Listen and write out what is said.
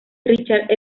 richard